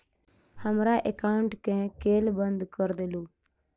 हमरा एकाउंट केँ केल बंद कऽ देलु?